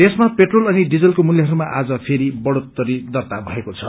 देशमा पेट्रोल अनि डिजलको मूल्यहरूमा आज फेरि बढ़ोत्तरी दर्ता भएको छ